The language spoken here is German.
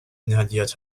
inhaliert